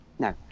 No